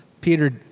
Peter